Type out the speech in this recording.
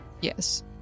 Yes